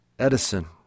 Edison